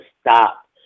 stop